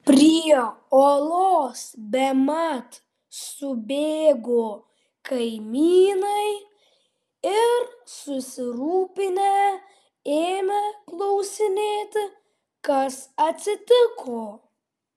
prie olos bemat subėgo kaimynai ir susirūpinę ėmė klausinėti kas atsitiko